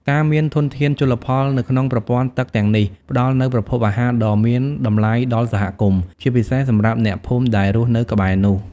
ការមានធនធានជលផលនៅក្នុងប្រព័ន្ធទឹកទាំងនេះ ផ្តល់នូវប្រភពអាហារដ៏មានតម្លៃដល់សហគមន៍ ជាពិសេសសម្រាប់អ្នកភូមិដែលរស់នៅក្បែរនោះ។